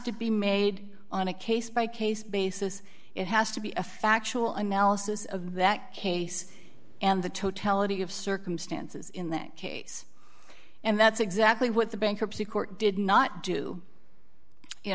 to be made on a case by case basis it has to be a factual analysis of that case and the totality of circumstances in that case and that's exactly what the bankruptcy court did not do you